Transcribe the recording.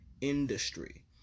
industry